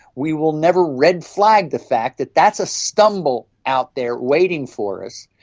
we will never red-flag the fact that that's a stumble out there waiting for us.